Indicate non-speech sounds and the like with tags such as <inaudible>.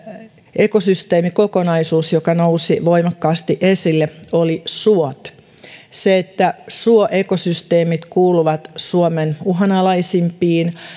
ekosysteemikokonaisuus joka nousi voimakkaasti esille oli suot <unintelligible> koska suoekosysteemit kuuluvat suomen uhanalaisimpiin <unintelligible>